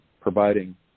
providing